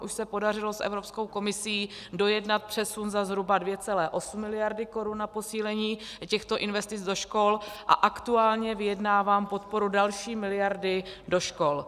Už se podařilo s Evropskou komisí dojednat přesun za zhruba 2,8 miliardy korun na posílení těchto investic do škol a aktuálně vyjednávám podporu další miliardy do škol.